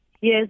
Yes